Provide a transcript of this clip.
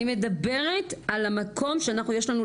אני מדברת על המקום שאנחנו יש לנו,